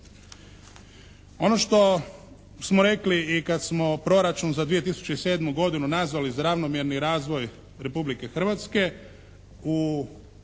Ono što smo rekli i kad smo proračun za 2007. godinu nazvali za ravnomjerni razvoj Republike Hrvatske